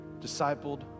discipled